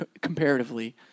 comparatively